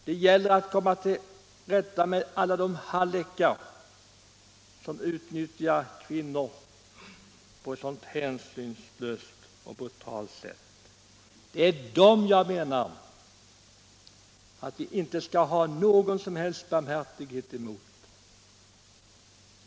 Det gäller att komma till rätta med alla de hallickar som utnyttjar kvinnor på ett hänsynslöst och brutalt sätt. Mot dem menar jag att vi inte skall visa någon som helst barmhärtighet.